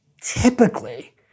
typically